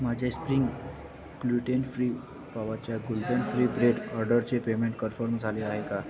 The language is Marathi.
माझे स्प्रिंग ग्लुटेन फ्री पावाच्या ग्लुटेन फ्री ब्रेड ऑर्डरचे पेमेंट कन्फर्म झाले आहे का